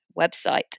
website